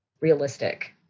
realistic